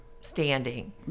standing